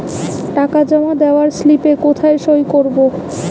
টাকা জমা দেওয়ার স্লিপে কোথায় সই করব?